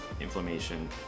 inflammation